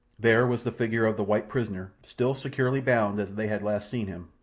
there was the figure of the white prisoner still securely bound as they had last seen him,